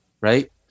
Right